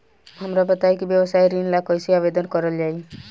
हमरा बताई कि व्यवसाय ऋण ला कइसे आवेदन करल जाई?